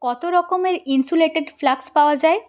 কত রকমের insulated flask পাওয়া যায়